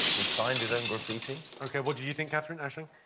he signed his own graffiti. ok, what did you think, katherine, aisling?